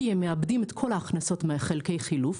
כי הם מאבדים את כל ההכנסות מחלקי חילוף,